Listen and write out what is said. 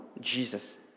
Jesus